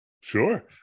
Sure